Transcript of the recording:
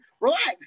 relax